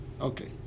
Okay